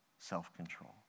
Self-control